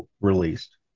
released